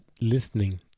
listening